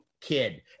kid